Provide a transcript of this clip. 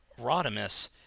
Rodimus